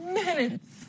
minutes